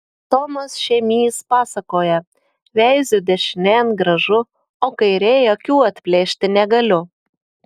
tomas šėmys pasakoja veiziu dešinėn gražu o kairėj akių atplėšti negaliu